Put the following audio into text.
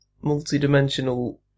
multi-dimensional